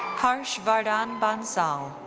harsh vardhan bansasl,